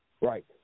Right